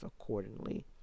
accordingly